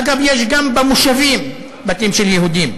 אגב, יש גם במושבים, בתים של יהודים,